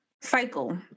cycle